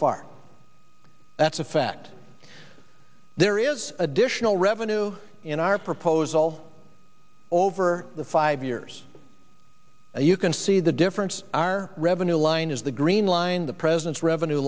far that's a fact there is additional revenue in our proposal over the five years and you can see the difference our revenue line is the green line the president's revenue